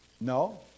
No